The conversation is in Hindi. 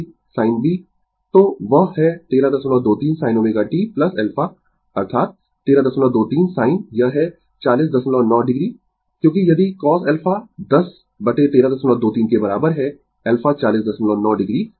तो वह है 1323 sin ω t α अर्थात 1323 sin यह है 409 o क्योंकि यदि cosα 10 1323 के बराबर है α 409 o होगा